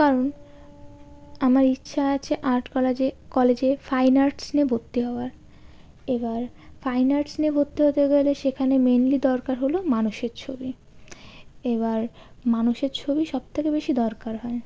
কারণ আমার ইচ্ছা আছে আর্ট কলাজে কলেজে ফাইন আর্টস নিয়ে ভর্তি হওয়ার এবার ফাইন আর্টস নিয়ে ভর্তি হতে গেলে সেখানে মেনলি দরকার হল মানুষের ছবি এবার মানুষের ছবি সবথেকে বেশি দরকার হয়